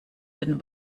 den